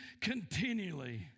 continually